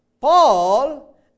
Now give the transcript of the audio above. Paul